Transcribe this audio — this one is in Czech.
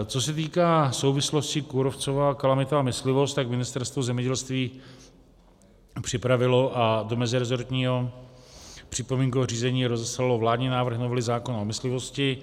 Co se týká souvislosti kůrovcová kalamita a myslivost, tak Ministerstvo zemědělství připravilo a do mezirezortního připomínkového řízení rozeslalo vládní návrh novely zákona o myslivosti.